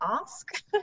ask